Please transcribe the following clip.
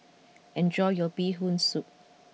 enjoy your Bee Hoon Soup